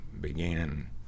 began